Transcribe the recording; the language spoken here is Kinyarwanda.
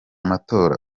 matora